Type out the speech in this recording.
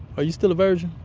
are you still a virgin?